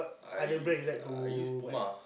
I I use Puma